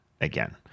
again